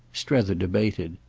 strether debated.